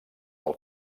del